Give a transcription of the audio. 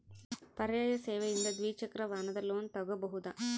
ಪರ್ಯಾಯ ಸೇವೆಯಿಂದ ದ್ವಿಚಕ್ರ ವಾಹನದ ಲೋನ್ ತಗೋಬಹುದಾ?